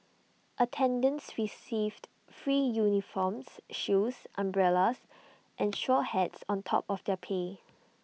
attendants received free uniforms shoes umbrellas and straw hats on top of their pay